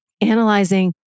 Analyzing